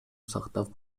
сактап